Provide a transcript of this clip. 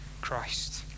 Christ